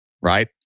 right